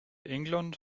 england